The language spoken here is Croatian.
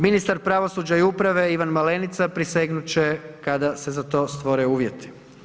Ministar pravosuđa i uprave Ivan Malenica prisegnut će kada se za to stvore uvjeti.